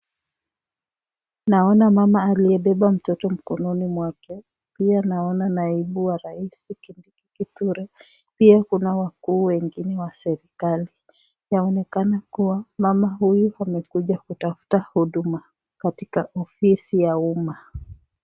Naona mama aliyebeba mtoto mkononi mwake, pia naona naibu wa rais Kindiki Kithure, pia kuna wakuu wengine wa serikali, inaonekana kuwa mama huyu amekuja kutafuta huduma katika ofisi ya umma.